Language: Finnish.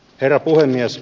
herra puhemies